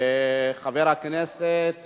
חבר הכנסת